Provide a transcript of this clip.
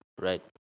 right